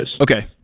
Okay